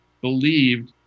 believed